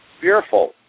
Fearful